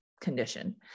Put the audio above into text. condition